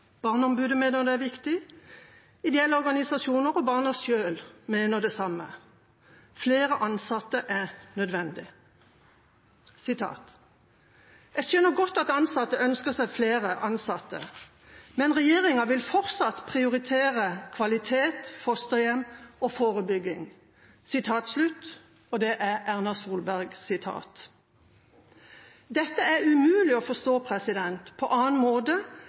Barneombudet mener det er viktig, ideelle organisasjoner og barna selv mener det samme. Flere ansatte er nødvendig. «Jeg skjønner godt at de ønsker seg flere ansatte. Men regjeringen vil fortsatt prioritere kvalitet, fosterhjem og forebygging.» Det var et Erna Solberg-sitat. Dette er umulig å forstå på noen annen måte